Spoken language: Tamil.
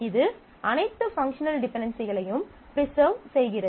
இது அனைத்து டிபென்டென்சிகளையும் ப்ரிசர்வ் செய்கிறது